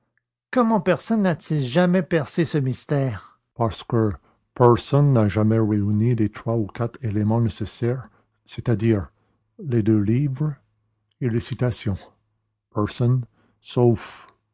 comment personne n'a-t-il jamais percé ce mystère parce que personne n'a jamais réuni les trois ou quatre éléments nécessaires c'est-à-dire les deux livres et les citations personne sauf